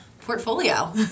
portfolio